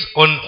on